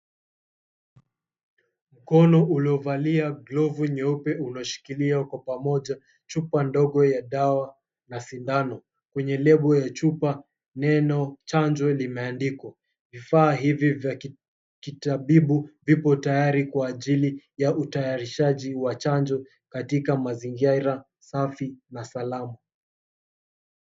Mkono uliovalia glovu nyeupe unashikilia kwa pamoja chupa ndogo ya dawa na sindano. Kwenye lebo ya chupa neno, "Chanjo" limeandikwa. Vifaa hivi vya kitabibu vipo tayari kwa ajili ya utayarishaji wa chanjo katika mazingira safi na salama.